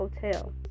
hotel